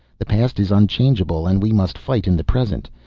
the past is unchangeable and we must fight in the present.